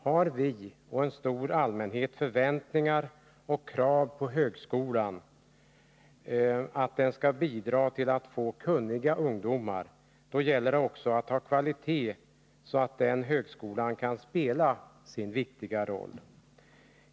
Har vi — och en stor allmänhet — förväntningar och krav på att högskolan skall bidra till att vi får kunniga ungdomar, då gäller det också att ha en sådan kvalitet på högskolan att den kan spela sin viktiga roll.